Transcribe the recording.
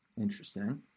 interesting